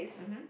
mmhmm